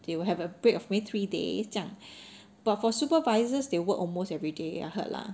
they will have a break of maybe three days 这样 but for supervisors they work almost every day I heard lah